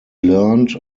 learned